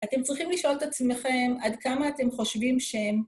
אתם צריכים לשאול את עצמכם עד כמה אתם חושבים שהם...